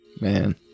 man